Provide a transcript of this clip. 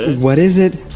what is it?